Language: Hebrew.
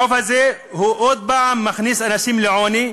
החוב הזה מכניס שוב אנשים לעוני.